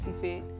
fit